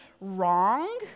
wrong